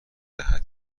دهد